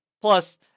Plus